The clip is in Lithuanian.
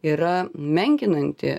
yra menkinanti